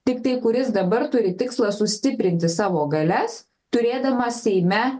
tiktai kuris dabar turi tikslą sustiprinti savo galias turėdamas seime